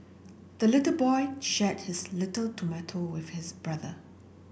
the little boy shared his little tomato with his brother